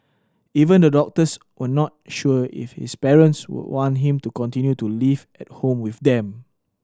even the doctors were not sure if his parents would want him to continue to live at home with them